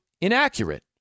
inaccurate